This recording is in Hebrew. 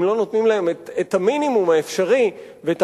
אם לא נותנים להם את המינימום האפשרי ואת